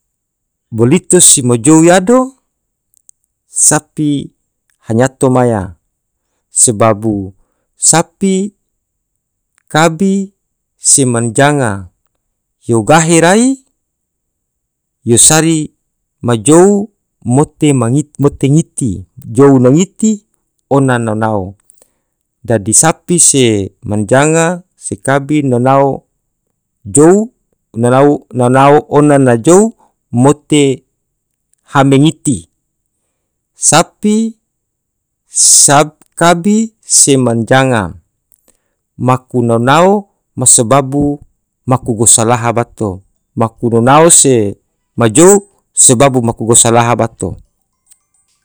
bolito si ma jou yado sapi hanyato maya sebabu sapi. kabi se manjanga yo gahi rai yo sari ma jou mate mangit- mote ngiti jou na ngiti ona nao nao dadi sapi se manjanga se kabi nao nao jou nanau nanao ona na jou mote hame ngiti sapi sap kabi se manjanga maku naunao ma sebabu maku gosa laha bato maku donau se ma jou sebabu maku gosa laha bato.